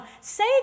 say